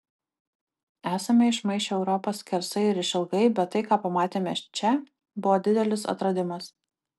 esame išmaišę europą skersai ir išilgai bet tai ką pamatėme čia buvo didelis atradimas